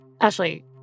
Ashley